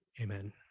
Amen